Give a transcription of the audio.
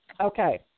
Okay